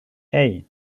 hey